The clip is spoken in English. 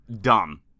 dumb